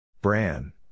Bran